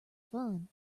fun